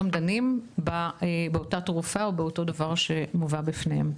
הם דנים באותה תרופה או באותו דבר שמובא בפניהם.